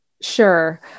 Sure